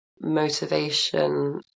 motivation